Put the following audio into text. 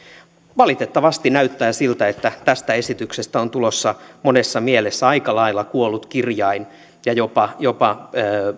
valitettavasti näyttää siltä että tästä esityksestä on tulossa monessa mielessä aika lailla kuollut kirjain ja jopa jopa